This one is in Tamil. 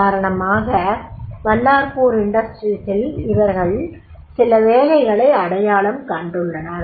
உதாரணமாக பல்லார்பூர் இண்டஸ்ட்ரீஸில் அவர்கள் சில வேலைகளை அடையாளம் கண்டுள்ளனர்